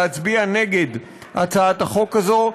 להצביע נגד הצעת החוק הזאת,